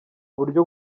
buryo